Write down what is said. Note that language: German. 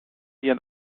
ihren